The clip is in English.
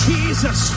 Jesus